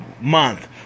month